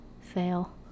fail